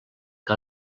que